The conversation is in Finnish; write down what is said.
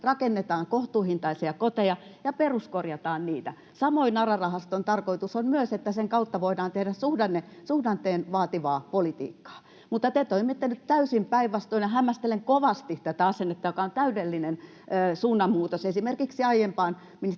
rakennetaan kohtuuhintaisia koteja ja peruskorjataan niitä. Samoin ARA-rahaston tarkoitus on myös, että sen kautta voidaan tehdä suhdanteen vaatimaa politiikkaa. Mutta te toimitte nyt täysin päinvastoin, ja hämmästelen kovasti tätä asennetta, joka on täydellinen suunnanmuutos esimerkiksi aiempaan